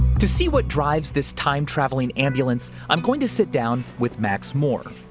to see what drives this time traveling ambulance, i'm going to sit down with max more,